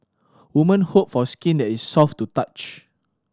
women hope for skin that is soft to the touch